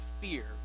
fear